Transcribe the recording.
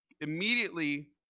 immediately